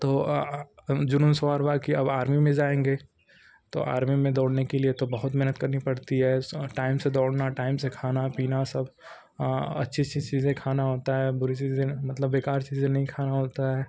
तो जुनून सवार हुआ कि अब आर्मी में जाएंगे तो आर्मी में दौड़ने के लिए तो बहुत मेहनत करनी पड़ती है सौ टाइम से दौड़ना टाइम से खाना पीना सब अच्छी अच्छी चीजें खाना होता है बुरी चीज़ें मतलब बेकार चीजें नहीं खाना होता है